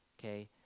okay